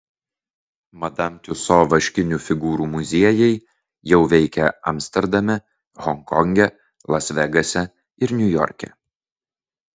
madam tiuso vaškinių figūrų muziejai jau veikia amsterdame honkonge las vegase ir niujorke